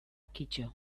kito